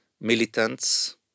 militants